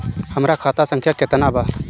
हमरा खाता संख्या केतना बा?